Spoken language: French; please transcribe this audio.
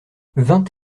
vingt